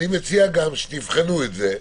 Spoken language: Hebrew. אני מציע שתבחנו את זה,